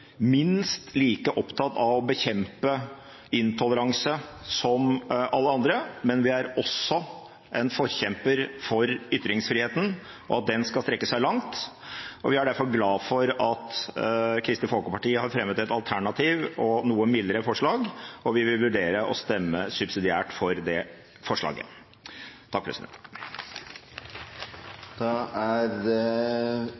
minst like opptatt av å bekjempe intoleranse som alle andre, men vi er også en forkjemper for ytringsfriheten, og at den skal strekke seg langt. Vi er derfor glad for at Kristelig Folkeparti har fremmet et alternativt og noe mildere forslag, og vi vil vurdere å stemme subsidiært for det forslaget.